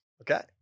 Okay